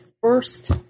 first